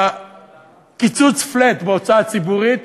הקיצוץ flat בהוצאה הציבורית